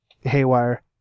haywire